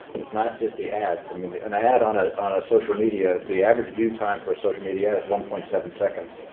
it's not just the ads. i mean, an ad on ah on a social media the average view time for a social media ad is one point seven seconds.